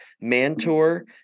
Mantor